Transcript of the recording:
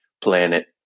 planet